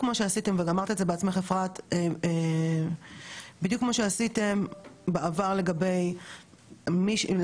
בדיוק כמו שעשיתם בעבר לגבי פנייה דרך משרד החוץ לעובדים שנמצאים בחו"ל,